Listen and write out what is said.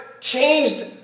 changed